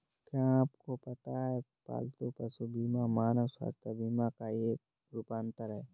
क्या आपको पता है पालतू पशु बीमा मानव स्वास्थ्य बीमा का एक रूपांतर है?